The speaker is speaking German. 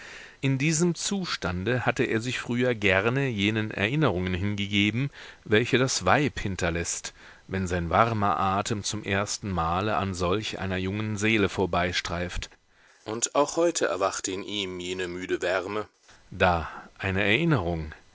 in diesem zustande hatte er sich früher gerne jenen erinnerungen hingegeben welche das weib hinterläßt wenn sein warmer atem zum ersten male an solch einer jungen seele vorbeistreift und auch heute erwachte in ihm jene müde wärme da eine erinnerung